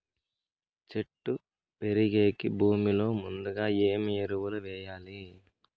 చెట్టు పెరిగేకి భూమిలో ముందుగా ఏమి ఎరువులు వేయాలి?